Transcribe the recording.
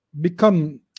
become